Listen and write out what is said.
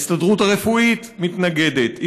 ההסתדרות הרפואית מתנגדת,